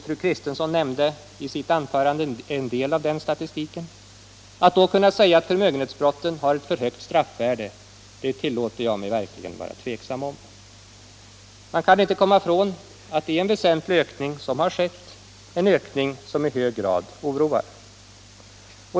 Fru Kristensson nämnde i sitt anförande en del av den statistiken. Att då säga att förmögenhetsbrotten har ett för högt straffvärde tillåter jag mig verkligen vara tveksam om. Man kan inte komma ifrån att en väsentlig ökning har skett som i hög grad oroar.